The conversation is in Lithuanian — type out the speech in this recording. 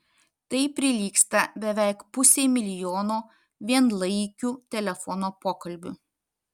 tai prilygsta beveik pusei milijono vienlaikių telefono pokalbių